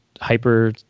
Hyper